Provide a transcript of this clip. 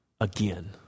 again